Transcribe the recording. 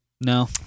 No